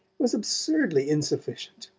was absurdly insufficient.